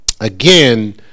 again